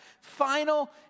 final